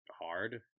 hard